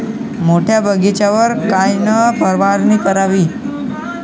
मोठ्या बगीचावर कायन फवारनी करावी?